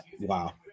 wow